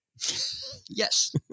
yes